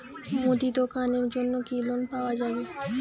মুদি দোকানের জন্যে কি লোন পাওয়া যাবে?